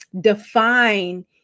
define